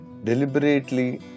Deliberately